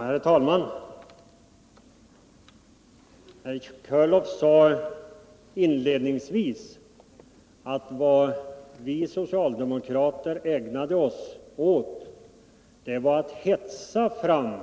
Herr talman! Herr Körlof sade inledningsvis att vad vi socialdemokrater ägnade oss åt var att hetsa fram